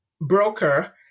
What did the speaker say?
broker